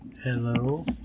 Hello